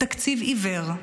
תקציב עיוור,